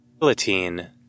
Guillotine